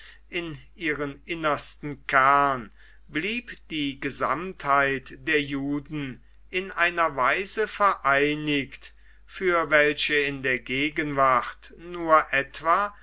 in ihren innersten kern blieb die gesamtheit der juden in einer weise vereinigt für welche in der gegenwart nur etwa